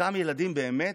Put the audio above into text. אותם ילדים באמת,